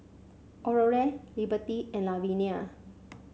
Aurore Liberty and Lavinia